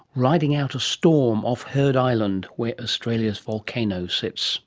riding out a storm off heard island where australia's volcano sits